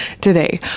today